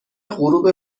غروب